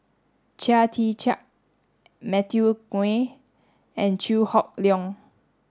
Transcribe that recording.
Chia Tee Chiak Matthew Ngui and Chew Hock Leong